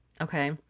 Okay